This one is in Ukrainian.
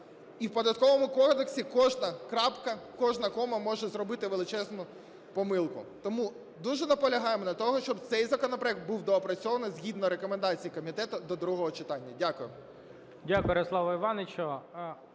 І в Податковому кодексі кожна крапка, кожна кома може зробити величезну помилку. Тому дуже наполягаємо на тому, щоб цей законопроект був доопрацьований згідно рекомендацій комітету до другого читання. Дякую.